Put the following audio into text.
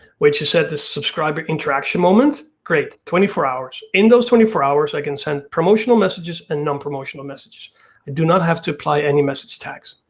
which is set to subscriber interaction moment. great, twenty four hours, in those twenty four hours i can send promotional messages and non-promotional messages. i do not have to apply any message tags.